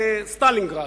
לסטלינגרד,